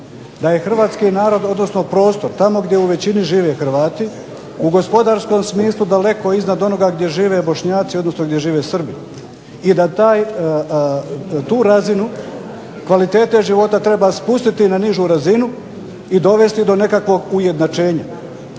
da je hrvatski narod, odnosno prostor tamo gdje u većini žive Hrvati u gospodarskom smislu daleko iznad onoga gdje žive Bošnjaci, odnosno gdje žive Srbi i da tu razinu kvalitete života treba spustiti na nižu razinu i dovesti do nekakvog ujednačenja.